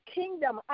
kingdom